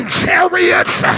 chariots